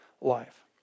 life